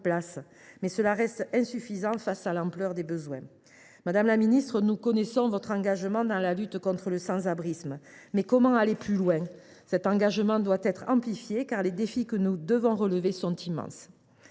places. Mais cela reste insuffisant face à l’ampleur des besoins. Madame la ministre, nous connaissons votre engagement dans la lutte contre le sans abrisme. Mais comment aller plus loin ? L’effort doit être amplifié, car les défis à relever sont immenses.